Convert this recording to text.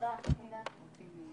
ננעלה